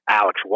Alex